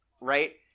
Right